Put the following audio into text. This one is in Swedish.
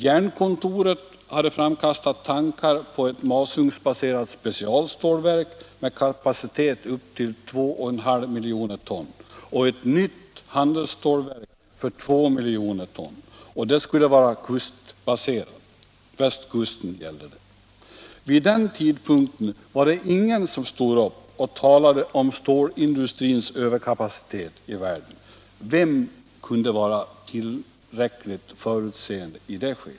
Jernkontoret hade framkastat tankar på ett masugnsbaserat specialstålverk med kapacitet upp till 2,5 miljoner ton och ett nytt handelsstålverk för 2 miljoner ton, och det skulle vara kustbaserat — det gällde västkusten. Vid den tidpunkten var det ingen som stod upp och talade om stålindustrins överkapacitet i världen. Vem kunde i det skedet vara tillräckligt förutseende?